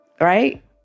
Right